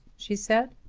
she said.